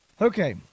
Okay